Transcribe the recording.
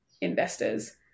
investors